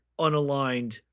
unaligned